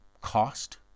cost